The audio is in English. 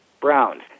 Browns